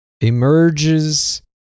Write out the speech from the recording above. emerges